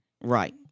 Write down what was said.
Right